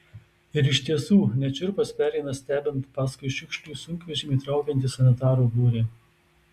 ir iš tiesų net šiurpas pereina stebint paskui šiukšlių sunkvežimį traukiantį sanitarų būrį